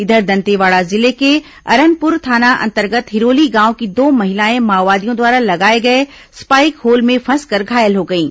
इधर दंतेवाड़ा जिले के अरनपुर थाना अंतर्गत हिरोली गांव की दो महिलाएं माओवादियों द्वारा लगाए गए स्पाइक होल में फंसकर घायल हो गईं